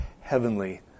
heavenly